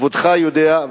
כבודך יודע,